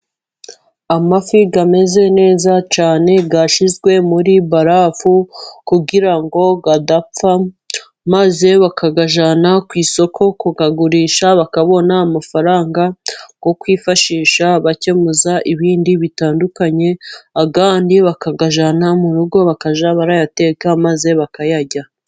Amafi ameze neza cyane yashyizwe muri barafu, kugira ngo adapfa maze bakagajyana ku isoko kuyagurisha, bakabona amafaranga yo kwifashisha bakemuza ibindi bitandukanye, ayandi bakayajyana mu rugo bakajya barayateka maze bakayarya.